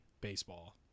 baseball